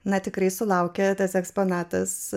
na tikrai sulaukia tas eksponatas